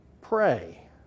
pray